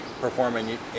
performing